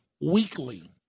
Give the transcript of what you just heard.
weekly